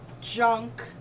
junk